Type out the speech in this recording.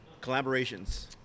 Collaborations